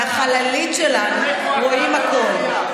מהחללית שלנו רואים הכול.